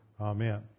Amen